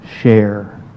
share